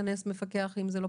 פתוח?